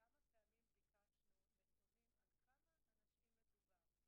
כמה פעמים ביקשנו נתונים על כמה אנשים מדובר.